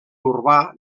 urbà